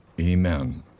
Amen